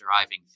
driving